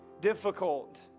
difficult